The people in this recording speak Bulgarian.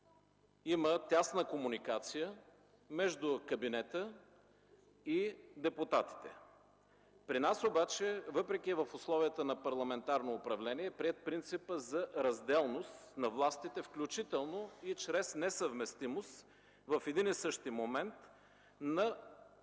има тясна комуникация между кабинета и депутатите. При нас обаче, въпреки в условията на парламентарно управление, е приет принципът за разделност на властите, включително и чрез несъвместимост в един и същи момент на